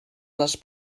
les